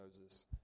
Moses